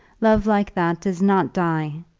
love like that does not die.